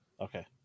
Okay